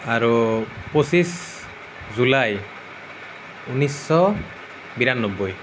আৰু পঁচিছ জুলাই ঊনৈছশ বিৰান্নবৈ